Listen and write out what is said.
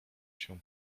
się